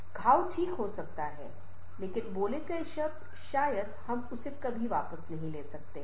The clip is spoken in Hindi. घाव ठीक हो सकता है लेकिन बोले गए शब्द शायद हम उसे वापस नहीं ले सकते